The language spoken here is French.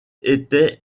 était